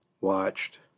watched